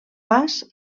pas